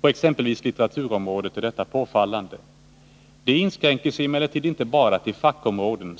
På exempelvis litteraturområdet är detta påfallande. Det inskränker sig emellertid inte bara till fackområden.